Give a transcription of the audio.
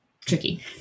tricky